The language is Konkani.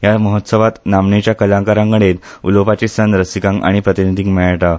ह्या महोत्सवांत नामनेच्या कलाकारां कडेन उलोवपाची संद रसिकांक आनी प्रतिनिधींक मेळटा